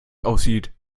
aussieht